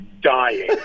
dying